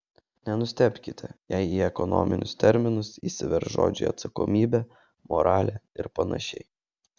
nenustebkite jei į ekonominius terminus įsiverš žodžiai atsakomybė moralė ir panašiai